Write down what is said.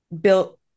built